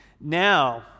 Now